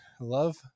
love